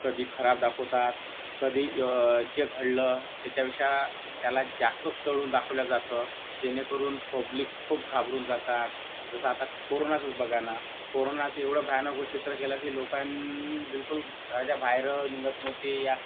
कधी खराब दाखवतात कधी जे घडलं त्याच्यापेक्षा त्याला जास्तच चढवून दाखवलं जातं जेणेकरून पब्लिक खूप घाबरून जातात जसं आता कोरोनाचाच बघा ना कोरोनाचं एवढं भयानक व चित्र केलं की लोकां बिलकुल घराच्या बाहेर निघत नव्हते या